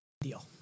deal